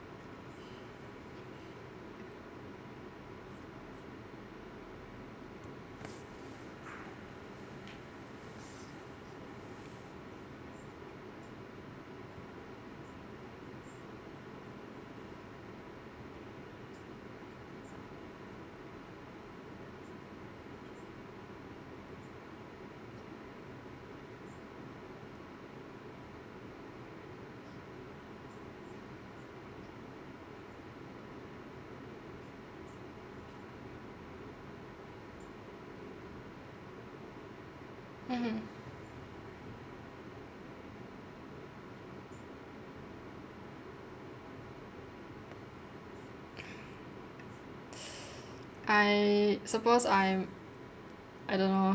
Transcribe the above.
mmhmm I suppose I'm I don't know